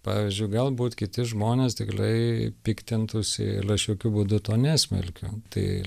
pavyzdžiui galbūt kiti žmonės tikrai piktintųsi ir aš jokiu būdu to nesmerkiu tai